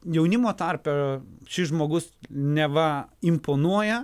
jaunimo tarpe šis žmogus neva imponuoja